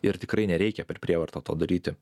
ir tikrai nereikia per prievartą to daryti